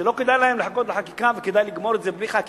שלא כדאי להן לחכות לחקיקה וכדאי לגמור את זה בלי חקיקה.